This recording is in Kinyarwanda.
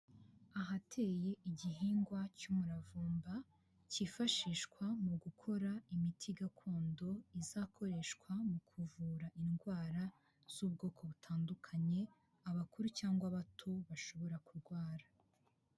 Ahateye igihingwa cy'umuravumba, kifashishwa mu gukora imiti gakondo izakoreshwa mu kuvura indwara z'ubwoko butandukanye, abakuru cyangwa abato bashobora kurwara.